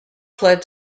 fled